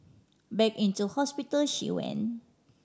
back into hospital she went